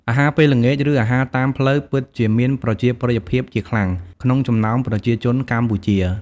អាហារពេលល្ងាច ឬ អាហារតាមផ្លូវពិតជាមានប្រជាប្រិយភាពជាខ្លាំងក្នុងចំណោមប្រជាជនកម្ពុជា។